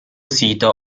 sito